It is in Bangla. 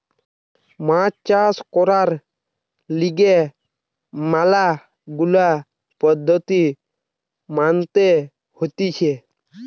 মাছ চাষ করবার লিগে ম্যালা গুলা পদ্ধতি মানতে হতিছে